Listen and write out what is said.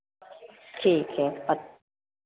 ठीक है